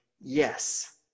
yes